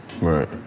Right